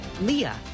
Leah